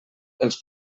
els